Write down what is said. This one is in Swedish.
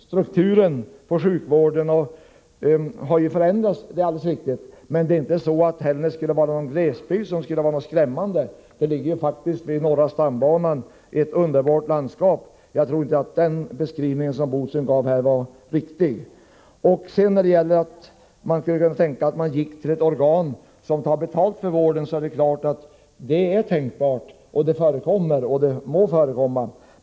Strukturen på sjukvården har också förändrats, det är alldeles riktigt. Men Hällnäs ligger inte i någon skrämmande glesbygd. Det ligger faktiskt vid norra stambanan i ett underbart landskap. Jag tror inte att den beskrivning som herr Bodström gav var riktig. Att vända sig till ett organ som tar betalt för vården är tänkbart — det förekommer och må så göra.